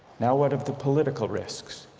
now what of the political risks.